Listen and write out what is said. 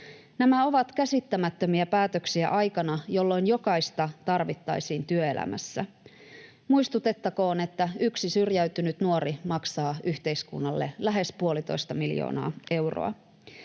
Nämä ovat käsittämättömiä päätöksiä aikana, jolloin jokaista tarvittaisiin työelämässä. Muistutettakoon, että yksi syrjäytynyt nuori maksaa yhteiskunnalle lähes puolitoista miljoonaa euroa.